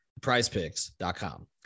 PrizePicks.com